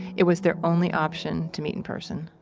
it was their only option to meet in person